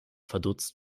verdutzt